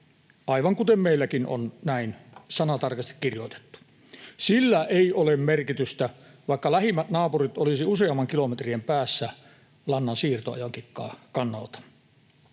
aivan kuten meilläkin on näin sanatarkasti kirjoitettu. Sillä ei ole merkitystä, vaikka lähimmät naapurit olisivat useamman kilometrin päässä lannan siirtoajonkin kannalta.